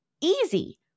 easy